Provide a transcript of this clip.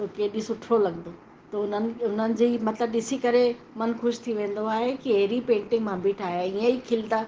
त केॾी सुठो लॻंदो त उन्हनि उन्हनि जे ई मतिलबु ॾिसी करे मन ख़ुशि थी वेंदो आहे कि हेड़ी पेंटिंग मां बि ठाहियां ईअं ई खिलंदा